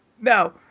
No